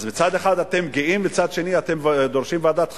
אז מצד אחד אתם גאים ומצד שני אתם דורשים ועדת חקירה?